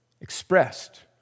expressed